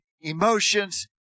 emotions